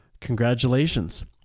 congratulations